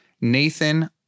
Nathan